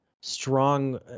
strong